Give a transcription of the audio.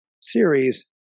series